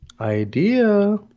Idea